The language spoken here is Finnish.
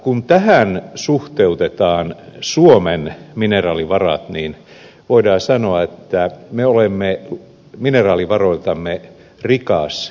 kun tähän suhteutetaan suomen mineraalivarat niin voidaan sanoa että me olemme mineraalivaroiltamme rikas maa